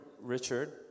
Richard